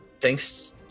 thanks